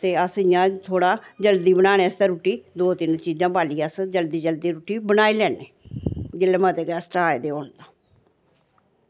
ते अस इं'या थोह्ड़ा जल्दी बनाने आस्तै रुट्टी दौ तिन्न चीज़ां बालियै अस जल्दी जल्दी रुट्टी बनाई लैन्ने जेल्लै मते गैस्ट आए दे होन